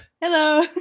hello